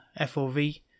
FOV